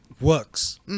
works